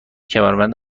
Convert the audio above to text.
کمربند